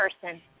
person